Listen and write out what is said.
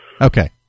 Okay